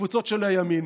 קבוצות של הימין,